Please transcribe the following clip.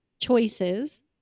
choices